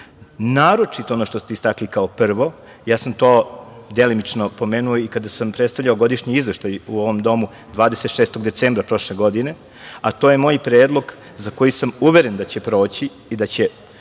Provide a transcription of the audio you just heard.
značaja. Naročito, ono što ste istakli kao prvo. Ja sam to delimično pomenuo i kada sam predstavljao godišnji izveštaj u ovom domu 26. decembra prošle godine, a to je moj predlog za koji sam uveren da će proći i da će,